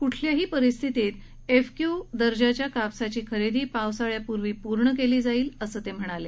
कुठल्याही परिस्थितीत एफएक्यु दर्जाच्या कापसाची खरेदी पावसाळ्यापूर्वी पूर्ण केली जाईल असं ते म्हणाले